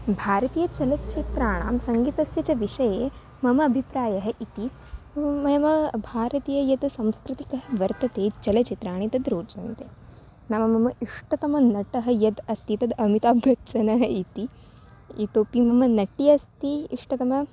भारतीयचलच्चित्राणां सङ्गीतस्य च विषये मम अभिप्रायः इति मम भारतीयं यद् सांस्कृतिकं वर्तते चलचित्राणि तद् रोचन्ते नाम मम इष्टतमनटः यद् अस्ति तद् अमिताबच्चनः इति इतोपि मम नटी अस्ति इष्टतमा